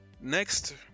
next